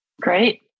Great